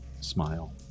smile